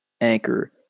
Anchor